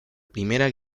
primera